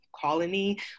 Colony